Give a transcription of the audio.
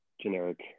generic